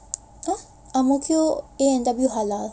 !huh! ang mo kio A&W halal